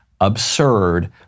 absurd